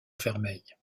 vermeille